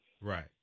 Right